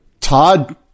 Todd